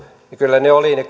kyllä ne